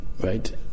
right